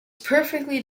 perfectly